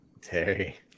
Terry